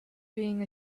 being